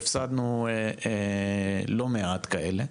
והפסדנו לא מעט כאלה.